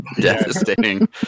devastating